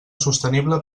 sostenible